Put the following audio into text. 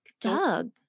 Doug